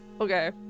Okay